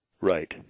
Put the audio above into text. Right